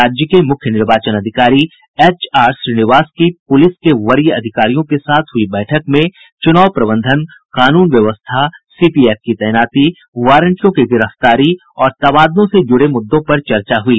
राज्य के मुख्य निर्वाचन अधिकारी एच आर श्रीनिवास की पुलिस के वरीय अधिकारियों के साथ हुई बैठक में चुनाव प्रबंधन कानून व्यवस्था सीपीएफ की तैनाती वारंटियों की गिरफ्तारी और तबादलों से जुड़े मुद्दों पर चर्चा हुई